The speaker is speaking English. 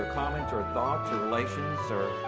or comments, or thoughts, or relations, or